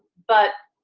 but